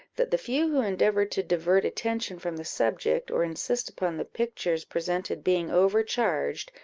that the few who endeavoured to divert attention from the subject, or insist upon the pictures presented being overcharged,